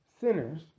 sinners